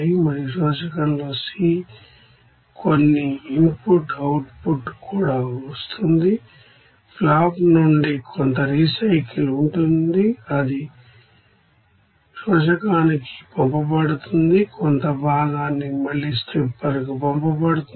మరియు శోషకంలో C కొన్ని ఇన్పుట్ అవుట్పుట్ కూడా వస్తుంది ఫ్లాష్ నుండి కొంత రీసైకిల్ ఉంటుంది అది శోషకానికి పంపబడుతుంది కొంత భాగాన్ని మళ్ళీ స్ట్రిప్పర్కు పంపుతుంది